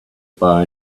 buy